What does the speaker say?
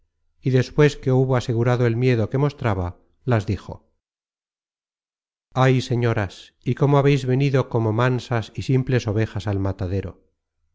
y despues que hubo asegurado el miedo que mostraba las dijo content from google book search generated at mansas ay señoras y cómo habeis venido como mansas y simples ovejas al matadero